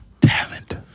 Talent